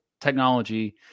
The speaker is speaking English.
technology